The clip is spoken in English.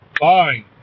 fine